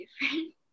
different